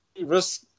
risk